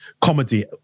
comedy